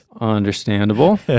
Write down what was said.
Understandable